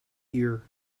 ear